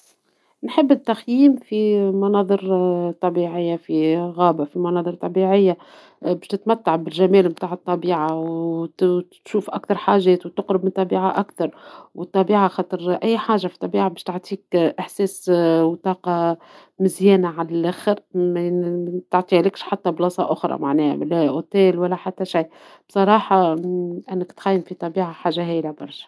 نحب التخييم في مناظر طبيعية ، في غابة في مناظر طبيعية باش تتمتع بالجمال نتاع الطبيعة ، وتشوف أكثر حاجات ، وتقرب من الطبيعة أكثر، والطبيعة خاطر أي حاجة في الطبيعة باش تعطيك احساس وطاقة مزيانة علخر ، متعطيهالكش أي بلاصة أخرى لا فندق ولا حتى أي شي بصراحة أنك تخيم في الطبيعة حاجة هايلة برشا.